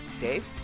Dave